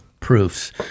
proofs